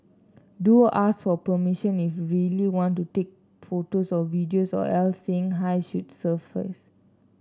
do ask for permission if you really want to take photos or videos or else saying hi should suffice